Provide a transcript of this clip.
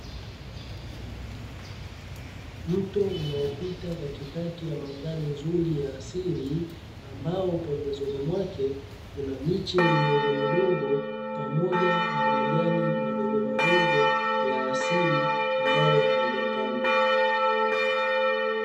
Mto unaopita katikati ya mandhari nzuri ya asili, ambao pembezoni mwake kuna miche midogomidogo pamoja na majani madogomadogo ya asili, ambayo hayajapandwa.